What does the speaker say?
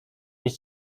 niż